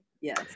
Yes